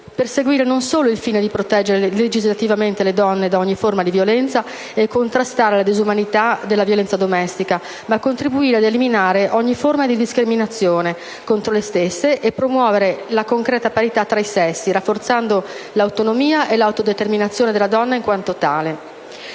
perseguire non solo il fine di proteggere legislativamente le donne da ogni forma di violenza e contrastare la disumanità della violenza domestica, ma anche di contribuire ad eliminare ogni forma di discriminazione contro le stesse e promuovere la concreta parità tra i sessi, rafforzando l'autonomia e l'autodeterminazione della donna in quanto tale.